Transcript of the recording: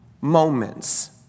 moments